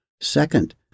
Second